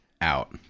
out